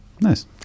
Nice